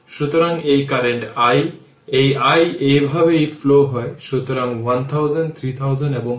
সুতরাং এই current i এই i এইভাবে ফ্লো হয় সুতরাং 1000 3000 এবং 6000 তাই 10000 ওহম